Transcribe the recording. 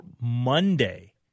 Monday